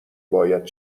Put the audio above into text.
باید